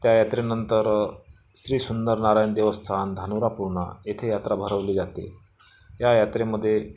त्या यात्रेनंतर श्री सुंदरनारायण देवस्थान धानोरा पूर्णा येथे यात्रा भरवली जाते या यात्रेमध्ये